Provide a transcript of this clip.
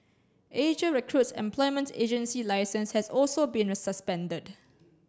Asia Recruit's employment agency licence has also been suspended